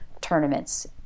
tournaments